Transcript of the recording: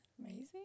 Amazing